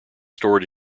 stored